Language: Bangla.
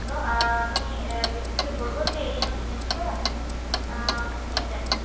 তো আমি বেসিক্যালি বলব যে এই সব জিনিসগুলোই আপনি নিয়ে যাবেন